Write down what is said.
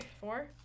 Four